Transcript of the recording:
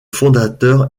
fondateur